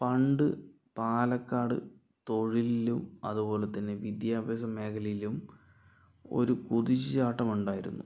പണ്ട് പാലക്കാട് തൊഴിലിലും അതുപോലെ തന്നെ വിദ്യാഭ്യാസ മേഖലയിലും ഒരു കുതിച്ച് ചാട്ടം ഉണ്ടായിരുന്നു